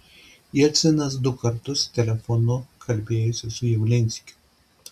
jelcinas du kartus telefonu kalbėjosi su javlinskiu